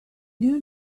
knew